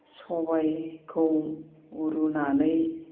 सबायखौ रुनानै